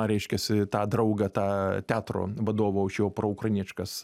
reiškiasi tą draugą tą teatro vadovą už jo proukrainietiškas